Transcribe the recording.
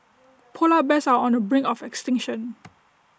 Polar Bears are on the brink of extinction